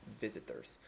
visitors